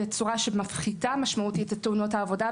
בצורה שמפחיתה משמעותית את תאונות העבודה,